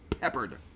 peppered